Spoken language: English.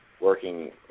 working